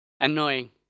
Annoying